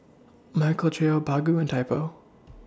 Michael Trio Baggu and Typo